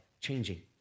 changing